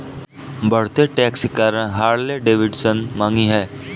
बढ़ते टैक्स के कारण हार्ले डेविडसन महंगी हैं